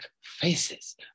faces